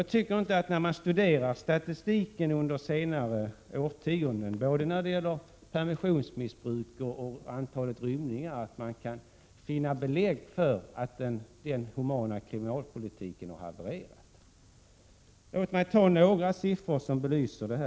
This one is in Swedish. Jag tycker inte, när jag studerar statistik från senare årtionden, både över permissionsmissbruk och antal rymningar, att jag kan finna belägg för att den humana kriminalpolitiken har havererat. Låt mig ta några siffror som belyser detta.